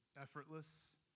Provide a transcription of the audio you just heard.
effortless